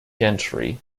gentry